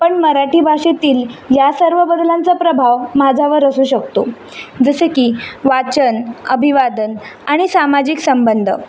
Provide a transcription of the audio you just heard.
पण मराठी भाषेतील या सर्व बदलांचा प्रभाव माझ्यावर असू शकतो जसे की वाचन अभिवादन आणि सामाजिक संबंध